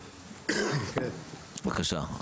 בבקשה.